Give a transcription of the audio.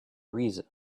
reason